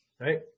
Right